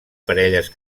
parelles